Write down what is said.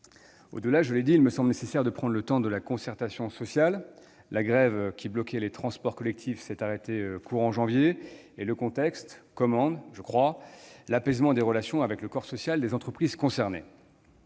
de la loi de 2007. Il me semble en outre nécessaire de prendre le temps de la concertation sociale. La grève qui bloquait les transports collectifs s'est arrêtée courant janvier et le contexte commande désormais l'apaisement des relations avec le corps social des entreprises concernées.